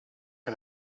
can